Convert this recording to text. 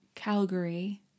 Calgary